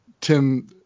Tim